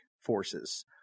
forces